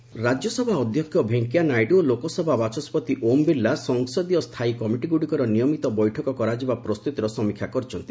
Naidu Birla meeting Rajya Sabha ଅଧ୍ୟକ୍ଷ ଭେଙ୍କିୟା ନାଇଡୁ ଓ ଲୋକସଭା ବାଚସ୍କତି ଓମ୍ ବିର୍ଲା ସଂସଦୀୟ ସ୍ଥାୟୀ କମିଟିଗ୍ରଡ଼ିକର ନିୟମିତ ବୈଠକ କରାଯିବା ପ୍ରସ୍ତ୍ରତିର ସମୀକ୍ଷା କରିଛନ୍ତି